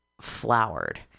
flowered